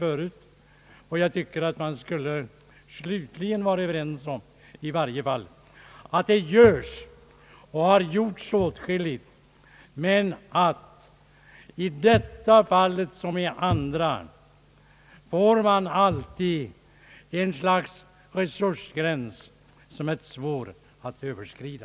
Slutligen tycker jag att man i varje fall borde vara överens om att det har gjorts och görs åtskilligt men att det i detta fall som i andra alltid finns ett slags resursgräns, som är svår att överskrida.